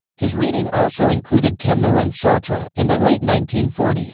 his reading also included camus and sartre in the late nineteen forty s,